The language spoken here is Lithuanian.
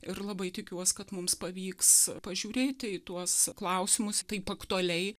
ir labai tikiuos kad mums pavyks pažiūrėti į tuos klausimus taip aktualiai